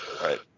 right